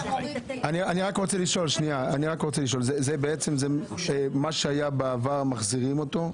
אני רק רוצה לשאול: בעצם מה שהיה בעבר מחזירים אותו?